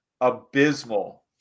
abysmal